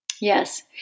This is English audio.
Yes